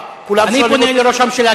אני פונה לראש הממשלה,